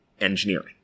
engineering